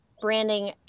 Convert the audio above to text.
branding